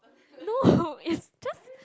no it's just